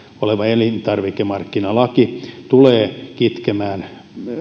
oleva elintarvikemarkkinalaki tulee kitkemään